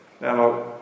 Now